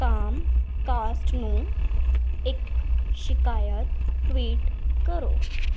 Comcast ਨੂੰ ਇੱਕ ਸ਼ਿਕਾਇਤ ਟਵੀਟ ਕਰੋ